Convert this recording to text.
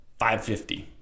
550